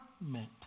meant